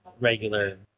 regular